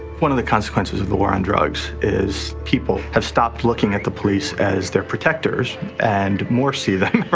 one of the consequences of the war on drugs is people have stopped looking at the police as their protectors and more see them,